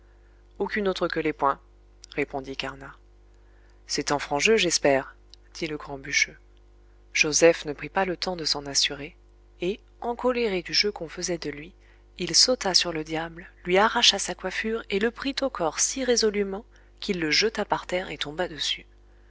aucune autre que les poings répondit carnat c'est en franc jeu j'espère dit le grand bûcheux joseph ne prit pas le temps de s'en assurer et encolèré du jeu qu'on faisait de lui il sauta sur le diable lui arracha sa coiffure et le prit au corps si résolument qu'il le jeta par terre et tomba dessus